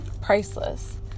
priceless